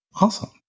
Awesome